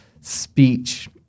speech